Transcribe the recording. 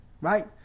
Right